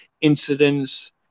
incidents